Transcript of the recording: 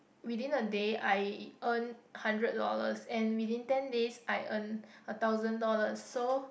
within a day I earn hundred dollars and within ten days I earn a thousand dollars so